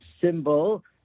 symbol